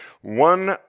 one